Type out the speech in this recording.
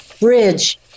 bridge